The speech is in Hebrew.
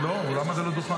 לא, הוא לא עמד על הדוכן.